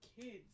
kids